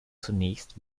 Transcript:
zunächst